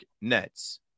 Nets